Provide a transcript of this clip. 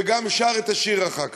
וגם שר את השיר אחר כך.